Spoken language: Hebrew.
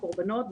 הקורבנות.